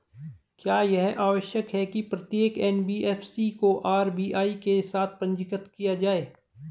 क्या यह आवश्यक है कि प्रत्येक एन.बी.एफ.सी को आर.बी.आई के साथ पंजीकृत किया जाए?